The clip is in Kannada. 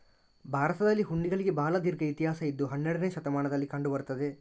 ಭಾರತದಲ್ಲಿ ಹುಂಡಿಗಳಿಗೆ ಬಹಳ ದೀರ್ಘ ಇತಿಹಾಸ ಇದ್ದು ಹನ್ನೆರಡನೇ ಶತಮಾನದಲ್ಲಿ ಕಂಡು ಬರುತ್ತದೆ